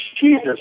Jesus